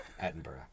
Edinburgh